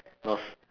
of